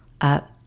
up